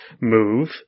move